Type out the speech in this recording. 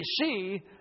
see